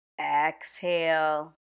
exhale